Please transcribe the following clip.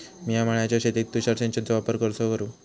मिया माळ्याच्या शेतीत तुषार सिंचनचो वापर कसो करू?